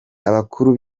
abakuru